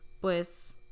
pues